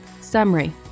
Summary